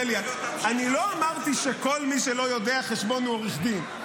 אני לא אמרתי שכל מי שלא יודע חשבון הוא עורך דין.